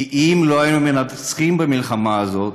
כי אם לא היינו מנצחים במלחמה הזאת,